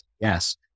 yes